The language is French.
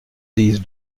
dix